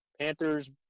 Panthers